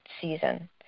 season